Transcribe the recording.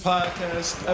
Podcast